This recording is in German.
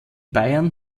bayern